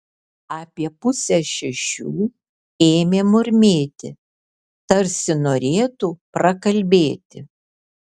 apie pusę šešių ėmė murmėti tarsi norėtų prakalbėti